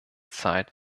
zeit